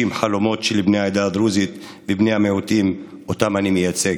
חלומות של בני העדה הדרוזית ובני המיעוטים שאני מייצג,